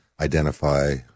identify